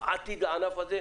עתיד לענף הזה,